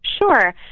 Sure